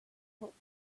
helped